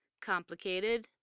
complicated